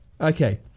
okay